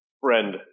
Friend